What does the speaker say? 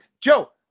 Joe